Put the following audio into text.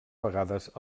vegades